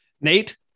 nate